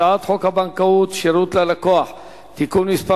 הצעת חוק הבנקאות (שירות ללקוח) (תיקון מס'